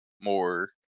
more